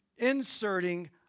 inserting